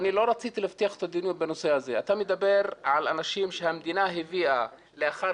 אתה מדבר על אנשים שהמדינה הביאה לאחר